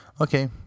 Okay